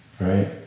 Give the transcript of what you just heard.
right